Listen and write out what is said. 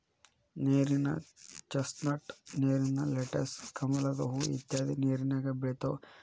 ನೇರಿನ ಚಸ್ನಟ್, ನೇರಿನ ಲೆಟಸ್, ಕಮಲದ ಹೂ ಇತ್ಯಾದಿ ನೇರಿನ್ಯಾಗ ಬೆಳಿತಾವ